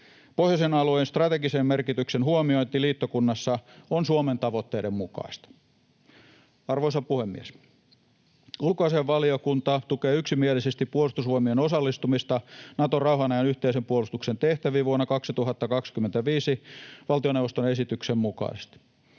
Pohjoisen alueen strategisen merkityksen huomiointi liittokunnassa on Suomen tavoitteiden mukaista. Arvoisa puhemies! Ulkoasiainvaliokunta tukee yksimielisesti Puolustusvoimien osallistumista Naton rauhanajan yhteisen puolustuksen tehtäviin vuonna 2025 valtioneuvoston esityksen mukaisesti.